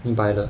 明白了